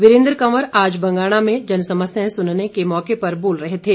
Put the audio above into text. वीरेन्द्र कंवर आज बंगाणा में जनसमस्याएं सुनने के मौके पर बोल रहे थे